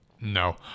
No